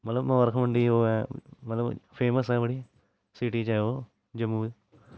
मतलव मबारख मंडी ओह् ऐ फेमस ऐ बड़ी सीटी च ऐ ओह् जम्मू च